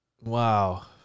Wow